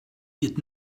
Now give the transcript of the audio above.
wird